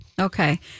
Okay